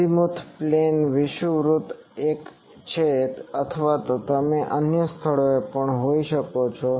azimuth plane વિષુવવૃત્ત એક છે અથવા તમે અન્ય સ્થળોએ પણ હોઈ શકો છો